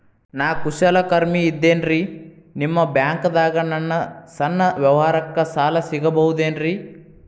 ನಾ ಕುಶಲಕರ್ಮಿ ಇದ್ದೇನ್ರಿ ನಿಮ್ಮ ಬ್ಯಾಂಕ್ ದಾಗ ನನ್ನ ಸಣ್ಣ ವ್ಯವಹಾರಕ್ಕ ಸಾಲ ಸಿಗಬಹುದೇನ್ರಿ?